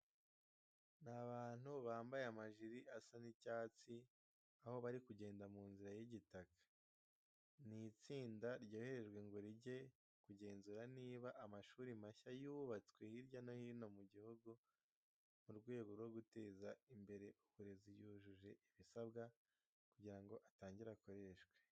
Ni abantu bambaye amajire asa icyatsi, aho bari kugenda mu nzira y'igitaka. Ni itsinda ryoherejwe ngo rijye kugenzura niba amashuri mashya yubatswe hirya no hino mu gihugu, mu rwego rwo guteza imbere uburezi, yujuje ibisabwa kugira ngo atangire akoreshwe.